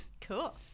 Cool